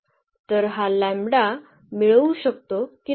तर हा लँबडा मिळवू शकतो की नाही